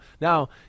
Now